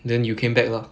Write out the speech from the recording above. then you came back lah